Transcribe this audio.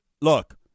look